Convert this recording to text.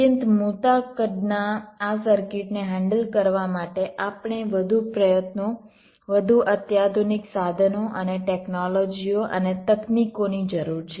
અત્યંત મોટા કદના આ સર્કિટને હેન્ડલ કરવા માટે આપણે વધુ પ્રયત્નો વધુ અત્યાધુનિક સાધનો અને ટેકનોલોજીઓ અને તકનીકોની જરૂર છે